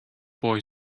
boy